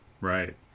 Right